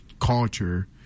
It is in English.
culture